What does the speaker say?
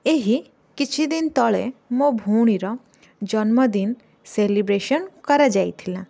ଏହି କିଛିଦିନ ତଳେ ମୋ ଭଉଣୀର ଜନ୍ମଦିନ ସେଲିବ୍ରେସନ କରାଯାଇଥିଲା